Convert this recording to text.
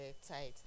side